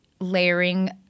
Layering